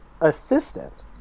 assistant